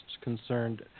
concerned